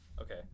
Okay